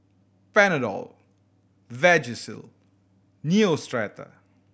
Panadol Vagisil Neostrata